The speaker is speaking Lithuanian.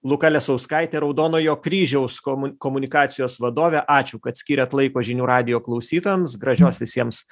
luka lesauskaitė raudonojo kryžiaus komu komunikacijos vadovė ačiū kad skyrėt laiko žinių radijo klausytojams gražios visiems